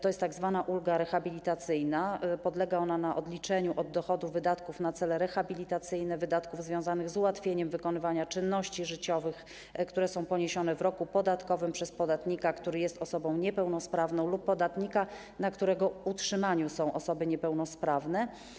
To jest tzw. ulga rehabilitacyjna - polega ona na odliczeniu od dochodu wydatków na cele rehabilitacyjne, wydatków związanych z ułatwieniem wykonywania czynności życiowych, które są poniesione w roku podatkowych przez podatnika, który jest osobą niepełnosprawną lub podatnika, na którego utrzymaniu są osoby niepełnosprawne.